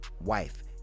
wife